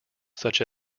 such